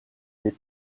des